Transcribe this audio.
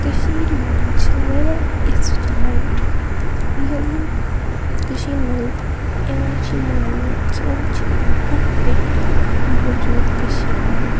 کٔشیٖرۍ منٛز چھِ واریاہ اِژھ جایہِ یِم کٔشیٖرۍ منٛز یِوان چھِ مانٛنہٕ کہِ یِم چھِ پَتہٕ پٮ۪ٹھ موٗجوٗد کٔشیٖرۍ منٛز